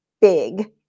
big